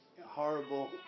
horrible